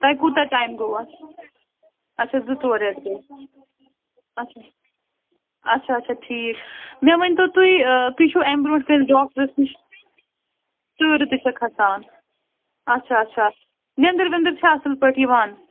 تۄہہِ کوٗتاہ ٹایم گوٚوٕ اَتھ اَچھا زٕ ژور رٮ۪تھ گٔے اَچھا اَچھا اَچھا ٹھیٖک مےٚ ؤنۍتوتُہۍ آ تُہۍ چھِو اَمہِ برٛونٹھ کانٛسہِ ڈاکٹرَس نِش تۭرٕ تہِ چھےٚ کھَسان اَچھا اَچھا نیٚنٛدٕر وِنٛدٕر چھا اَصٕل پٲٹھۍ یِوان